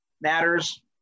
matters